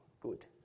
good